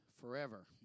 forever